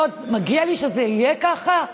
מגיע לי שזה יהיה ככה?